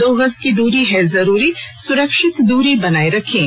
दो गज की दूरी है जरूरी सुरक्षित दूरी बनाए रखें